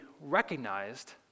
recognized